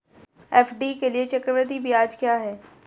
FD के लिए चक्रवृद्धि ब्याज क्या है?